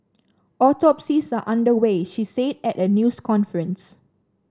autopsies are under way she said at a news conference